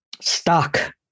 stuck